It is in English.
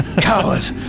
Coward